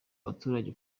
abaturage